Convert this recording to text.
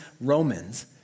Romans